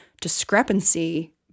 discrepancy